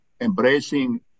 embracing